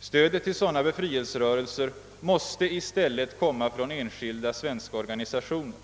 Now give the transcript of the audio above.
Stödet till sådana befrielserörelser måste i stället komma från enskilda svenska organisationer.